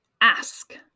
ask